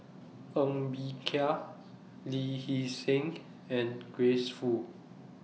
Ng Bee Kia Lee Hee Seng and Grace Fu